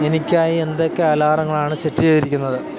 എനിക്കായി എന്തൊക്കെ അലാറങ്ങളാണ് സെറ്റ് ചെയ്തിരിക്കുന്നത്